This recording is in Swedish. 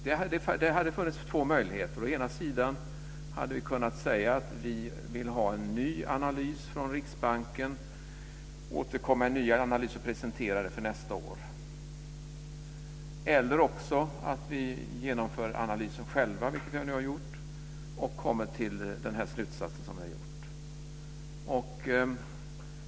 Det fanns två möjligheter. Å ena sidan kunde vi säga att vi ville ha en ny analys från Riksbanken för nästa år, å andra sidan kunde vi genomföra analysen själva, vilket vi nu har gjort och kommit till den slutsats som vi har gjort.